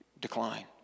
decline